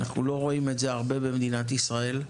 אנחנו לא רואים את זה הרבה במדינת ישראל,